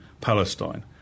Palestine